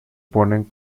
ponen